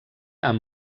amb